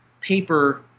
paper